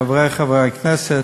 חברי חברי הכנסת,